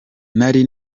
nari